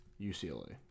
UCLA